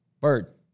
Bird